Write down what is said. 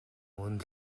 мөн